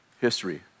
history